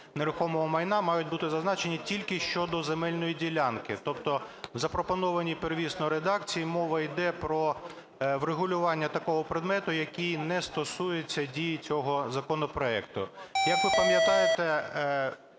нерухомого майна мають бути зазначені тільки щодо земельної ділянки, тобто в запропонованій первісно редакції мова іде про врегулювання такого предмету, який не стосується дії цього законопроекту. Як ви пам'ятаєте,